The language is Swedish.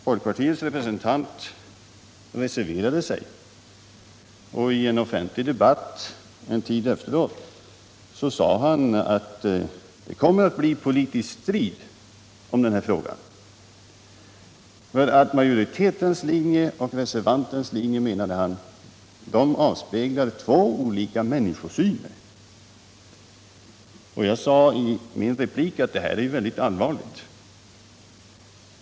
Folkpartiets representant reserverade sig, och i en offentlig debatt en tid efteråt sade han att det kommer att bli politisk strid om den här frågan, för majoritetens linje och reservantens linje, menade han, avspeglar två olika människosyner. Jag sade i min replik vid det tillfället att detta är väldigt olyckligt.